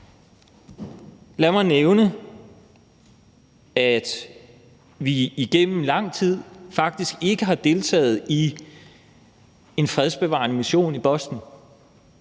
Lad mig nævne, at vi igennem lang tid faktisk ikke har deltaget i en fredsbevarende mission i Bosnien,